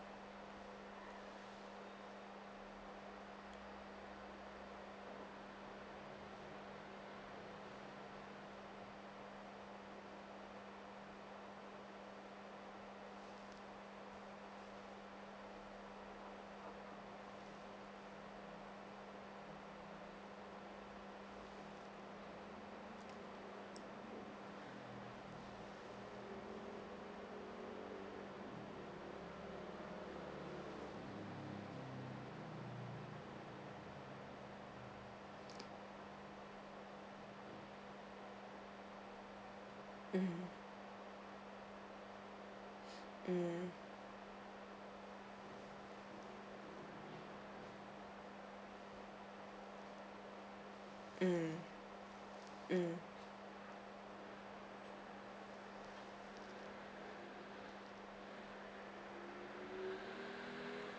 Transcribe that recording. mm mm mm mm